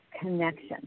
connection